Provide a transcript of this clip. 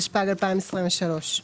התשפ"ג -2023.